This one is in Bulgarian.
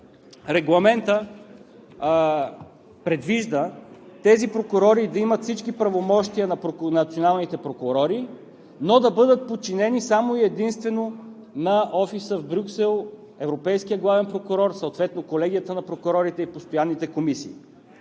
Регламентът предвижда тези прокурори да имат всички правомощия на националните прокурори, но да бъдат подчинени само и единствено на Офиса в Брюксел – Европейския главен прокурор, съответно колегията на прокурорите и постоянните комисии.